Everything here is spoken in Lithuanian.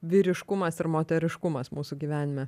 vyriškumas ir moteriškumas mūsų gyvenime